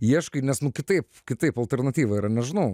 ieškai nes nu kitaip kitaip alternatyva yra nežinau